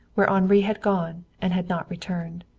where henri had gone and had not returned.